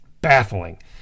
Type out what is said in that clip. baffling